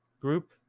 group